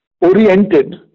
oriented